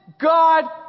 God